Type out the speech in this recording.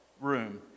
room